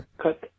cut